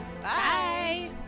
Bye